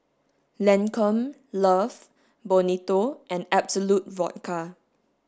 Lancome Love Bonito and Absolut Vodka